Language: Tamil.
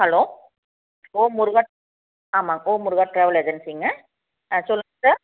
ஹலோ ஓம் முருகன் ஆமாம் ஓம் முருகன் ட்ராவல் ஏஜன்ஸிங்க சொல்லுங்க சார்